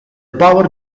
power